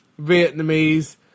Vietnamese